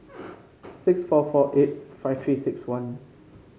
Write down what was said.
six four four eight five Three six one